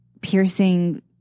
piercing